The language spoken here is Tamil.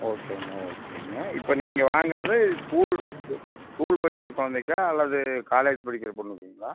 ஓகேங்க ஓகேங்க இப்போ நீங்கள் வாங்குகிறது ஸ்கூல் இப்போ ஸ்கூல் படிக்கிற குழந்தைக்கா அல்லது காலேஜ் படிக்கிற பொண்ணுக்குங்களா